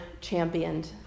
championed